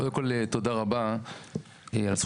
אנחנו מכירים את זה מדברים יותר קטנים ויותר קלים